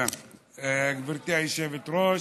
גברתי היושבת-ראש,